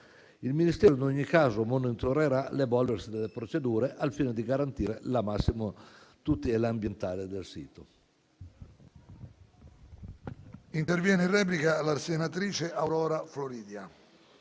Il Ministero, in ogni caso, monitorerà l'evolversi delle procedure al fine di garantire la massima tutela ambientale del sito.